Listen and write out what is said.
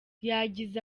yagize